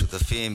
משותפים,